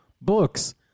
books